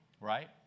Right